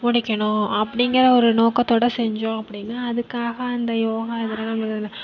முடிக்கணும் அப்படிங்கிற ஒரு நோக்கத்தோட செஞ்சோம் அப்படீன்னா அதுக்காக அந்த யோகா